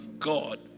God